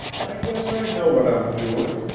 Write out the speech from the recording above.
i guess i know what i'm doin'!